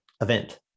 event